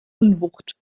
unwucht